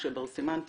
משה בר סימן טוב,